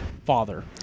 father